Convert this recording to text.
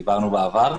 דיברנו בעבר.